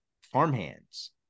farmhands